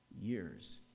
years